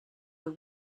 the